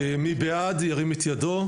הצבעה בעד, רוב נגד,